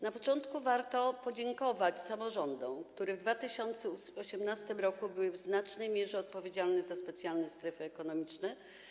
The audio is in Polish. Na początku warto podziękować samorządom, które w 2018 r. były w znacznej mierze odpowiedzialne za specjalne strefy ekonomiczne.